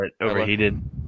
Overheated